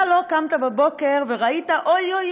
אתה לא קמת בבוקר וראית: אוי,